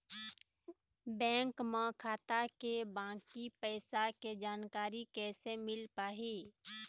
Bank म खाता के बाकी पैसा के जानकारी कैसे मिल पाही?